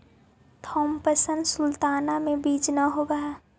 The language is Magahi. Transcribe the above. थॉम्पसन सुल्ताना में बीज न होवऽ हई